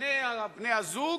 שני בני-הזוג,